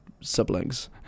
siblings